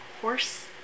horse